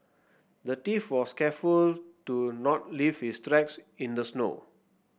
the thief was careful to not leave his tracks in the snow